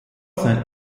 sein